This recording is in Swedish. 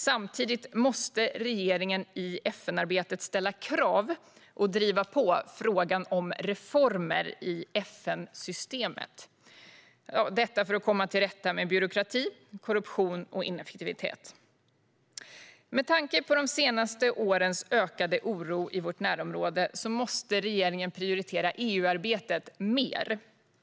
Samtidigt måste regeringen i FN-arbetet ställa krav och driva på frågan om reformer av FN-systemet för att komma till rätta med byråkrati, korruption och ineffektivitet. Med tanke på de senaste årens ökade oro i vårt närområde måste regeringen prioritera EU-arbetet mer.